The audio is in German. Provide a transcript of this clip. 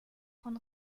von